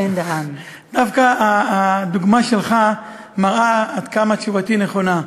דווקא הדוגמה שלך מראה עד כמה תשובתי נכונה.